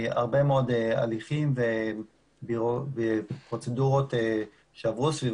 הרבה מאוד הליכים ופרוצדורות שעברו סביב